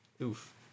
Oof